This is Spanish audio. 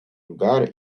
lugar